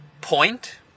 point